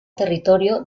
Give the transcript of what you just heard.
territorio